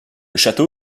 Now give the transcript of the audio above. château